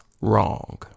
wrong